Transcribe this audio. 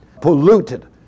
polluted